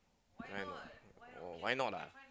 why not oh why not ah